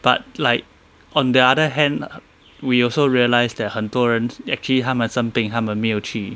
but like on the other hand we also realise that 很多人 actually 他们生病他们没有去